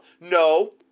no